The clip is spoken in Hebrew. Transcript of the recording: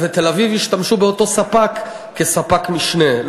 ובתל-אביב ישתמשו באותו ספק כספק משנה.